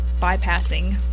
bypassing